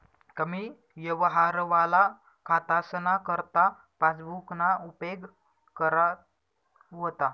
कमी यवहारवाला खातासना करता पासबुकना उपेग करा व्हता